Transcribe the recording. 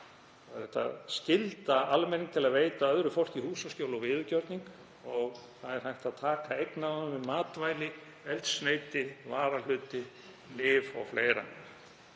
hægt að skylda almenning til að veita öðru fólki húsaskjól og viðurgjörning, það er hægt að taka eignarnámi matvæli, eldsneyti, varahluti, lyf o.fl.